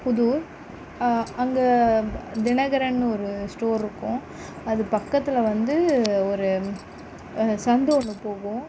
புதூர் அங்கே தினகரனு ஒரு ஸ்டோர்ருக்கும் அது பக்கத்தில் வந்து ஒரு சந்து ஒன்று போகும்